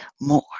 more